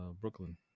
Brooklyn